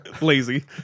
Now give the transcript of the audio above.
Lazy